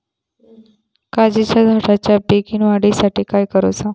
काजीच्या झाडाच्या बेगीन वाढी साठी काय करूचा?